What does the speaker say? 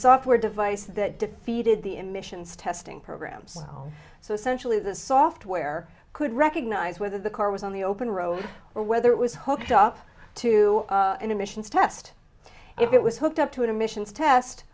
software device that defeated the emissions testing programs so essentially the software could recognize whether the car was on the open road or whether it was hooked up to an emissions test if it was hooked up to an emissions test